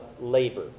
labor